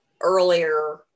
earlier